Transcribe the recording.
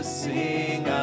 sing